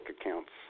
accounts